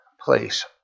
place